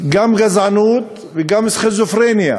גם גזענות וגם סכיזופרניה.